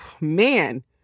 man